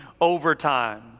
overtime